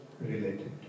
related